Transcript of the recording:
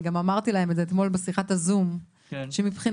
ואני גם אמרתי להם את זה אתמול בשיחת הזום: מבחינתי,